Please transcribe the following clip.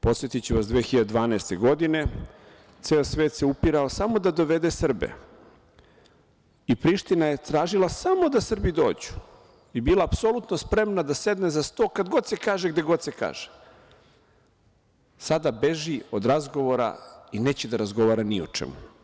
Podsetiću vas, 2012. godine ceo svet se upirao samo da dovede Srbe i Priština je tražila samo da Srbi dođu i bila apsolutno spremna da sedne za sto kad god se kaže, sada beži od razgovora i neće da razgovara ni o čemu.